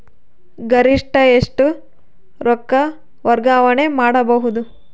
ಗರಿಷ್ಠ ಎಷ್ಟು ರೊಕ್ಕ ವರ್ಗಾವಣೆ ಮಾಡಬಹುದು?